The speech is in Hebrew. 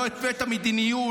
לא התווית מדיניות,